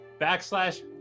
backslash